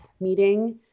meeting